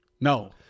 No